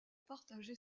partager